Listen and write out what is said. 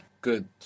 Good